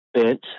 bent